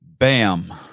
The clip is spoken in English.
Bam